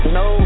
no